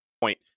point